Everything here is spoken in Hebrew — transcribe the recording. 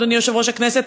אדוני יושב-ראש הכנסת,